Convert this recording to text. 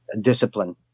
discipline